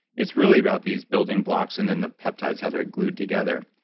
it's really about these building blocks and then the peptides, how they're glued together.